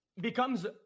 becomes